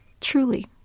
truly